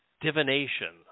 divination